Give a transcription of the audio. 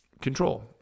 control